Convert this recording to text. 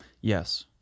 Yes